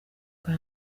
bwa